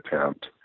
attempt